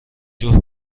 جفت